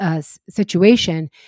situation